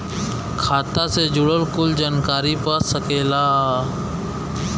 खाता से जुड़ल कुल जानकारी पा सकेला